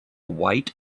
white